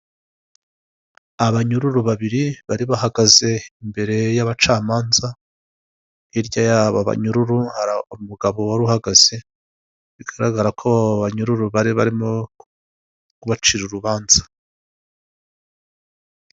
Abanyururu babiri bari bahagaze imbere y'abacamanza, hirya y'aba banyururu hari umugabo wari uhagaze, bigaragara ko aba banyururu bari barimo kubacira urubanza.